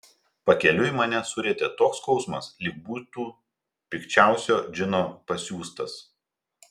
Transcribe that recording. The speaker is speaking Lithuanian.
pakeliui mane surietė toks skausmas lyg būtų pikčiausio džino pasiųstas